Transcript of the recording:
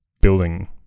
Building